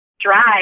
Drive